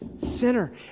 sinner